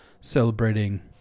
celebrating